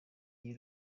iri